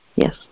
Yes